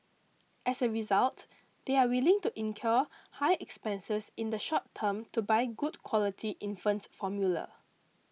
as a result they are willing to incur high expenses in the short term to buy good quality infant formula